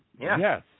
Yes